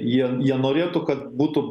jie jie norėtų kad būtų